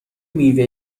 میوه